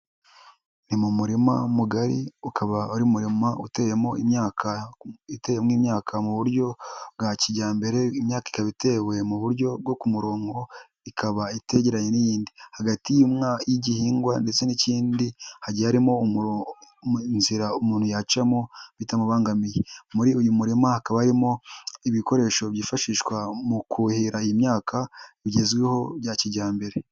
Ni mu murima mugari, ukaba ari murima uteyemo imyaka mu buryo bwa kijyambere, imyaka ikaba itewe mu buryo bwo ku murongo, ikaba itegeranye n'iyindi. Hagati y'igihingwa ndetse n'ikindi, hagiye harimo inzira umuntu yacamo bitamubangamiye. Muri uyu murima hakaba harimo ibikoresho byifashishwa mu kuhira iyi myaka bigezweho bya kijyambere.